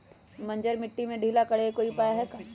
बंजर मिट्टी के ढीला करेके कोई उपाय है का?